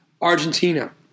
Argentina